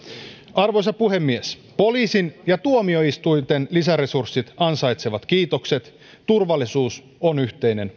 arvoisa puhemies poliisin ja tuomioistuinten lisäresurssit ansaitsevat kiitokset turvallisuus on yhteinen